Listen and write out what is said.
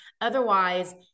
Otherwise